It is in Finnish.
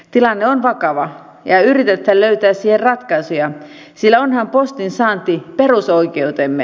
tilanne on vakava yritetään löytää siihen ratkaisuja sillä onhan postin saanti perusoikeutemme